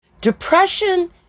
depression